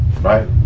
Right